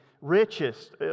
richest